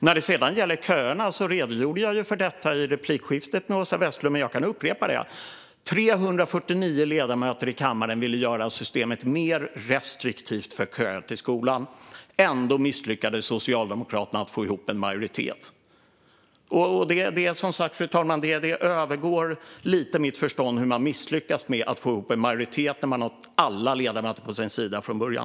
När det gäller köerna redogjorde jag för detta i replikskiftet med Åsa Westlund, men jag kan upprepa det: 349 ledamöter i kammaren ville göra systemet mer restriktivt när det gäller kö till skolan. Ändå misslyckades Socialdemokraterna att få ihop en majoritet. Det övergår lite grann mitt förstånd hur man misslyckas med att få ihop en majoritet när man har alla ledamöter på sin sida från början.